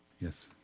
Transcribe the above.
Yes